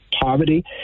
poverty